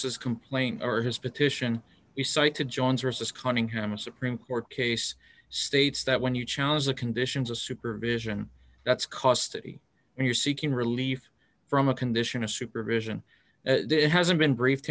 this complaint or his petition you cited jones or is this conning him a supreme court case states that when you challenge the conditions of supervision that's cost eighty and you're seeking relief from a condition of supervision it hasn't been briefed